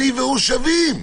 אני והוא שווים.